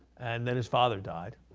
and then his father died.